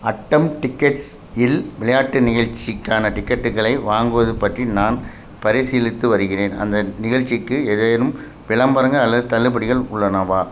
அட்டம் Tickets இல் விளையாட்டு நிகழ்ச்சிக்கான டிக்கெட்டுகளை வாங்குவது பற்றி நான் பரிசீலித்து வருகிறேன் அந்த நிகழ்ச்சிக்கு ஏதேனும் விளம்பரங்கள் அல்லது தள்ளுபடிகள் உள்ளனவா